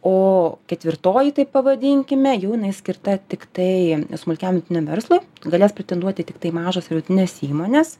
o ketvirtoji taip pavadinkime jau inai skirta tiktai smulkiam verslui galės pretenduoti tiktai mažos ir vutinės įmones